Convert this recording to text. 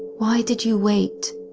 why did you wait?